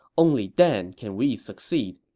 only then can we succeed.